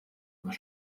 was